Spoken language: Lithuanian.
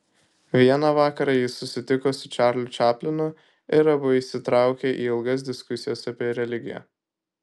vieną vakarą jis susitiko su čarliu čaplinu ir abu įsitraukė į ilgas diskusijas apie religiją